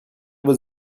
vos